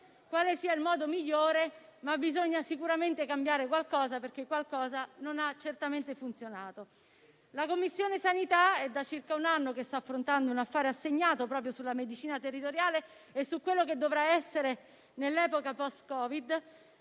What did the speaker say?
quale sia il modo migliore, ma bisogna sicuramente cambiare qualcosa, perché qualcosa certamente non ha funzionato. Da circa un anno la 12a Commissione sta affrontando un affare assegnato proprio sulla medicina territoriale e su quello che dovrà essere nell'epoca *post*-Covid.